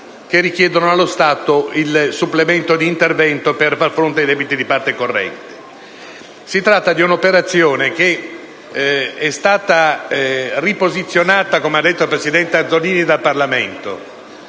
che richiedono allo Stato il supplemento di intervento per far fronte ai debiti di parte corrente. Si tratta di un'operazione che è stata riposizionata, come ha detto il presidente Azzollini, dal Parlamento.